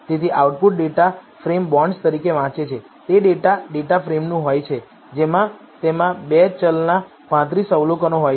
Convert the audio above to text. તેથી output data frame bonds તરીકે વાંચે છે તે ડેટા ડેટાફ્રેમનું હોય છે જેમાં 2 ચલનાં 35 અવલોકન હોય છે